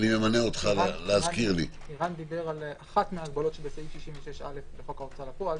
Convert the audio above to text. רן דיבר על אחת מההגבלות שבסעיף 66(א) לחוק ההוצאה לפועל.